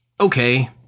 Okay